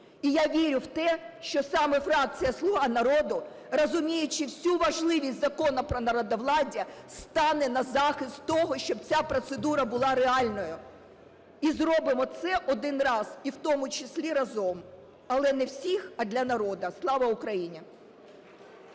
І я вірю в те, що саме фракція "Слуга народу", розуміючи всю важливість Закону про народовладдя, стане на захист того, щоб ця процедура була реальною. І зробимо це один раз і в тому числі разом. Але не всіх, а для народу. Слава Україні!